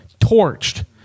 Torched